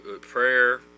prayer